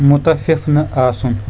مُتَفِق نہٕ آسُن